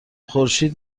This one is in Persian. خورشید